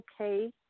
okay